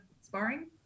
sparring